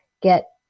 get